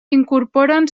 incorporen